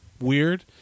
weird